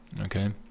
okay